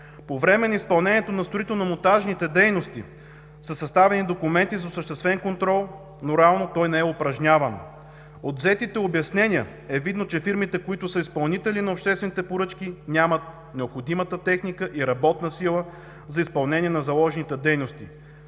По време на изпълнението на строително-монтажните дейности са съставени документи за осъществен контрол, но реално той не е упражняван. От взетите обяснения е видно, че фирмите, които са изпълнители на обществените поръчки, нямат необходимата техника и работна сила за изпълнение на заложените дейности.